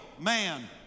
man